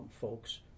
folks